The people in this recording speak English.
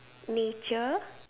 nature